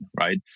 right